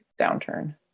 downturn